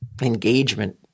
engagement